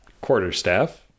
quarterstaff